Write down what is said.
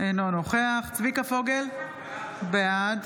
אינו נוכח צביקה פוגל, בעד